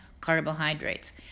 carbohydrates